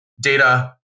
data